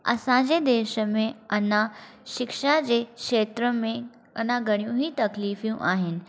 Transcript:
असांजे देश में अञा शिक्षा जे खेत्र में अञा घणियूं ई तकलीफ़ूं आहिनि